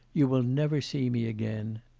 you will never see me again.